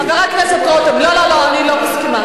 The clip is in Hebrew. חבר הכנסת רותם, לא, לא, אני לא מסכימה.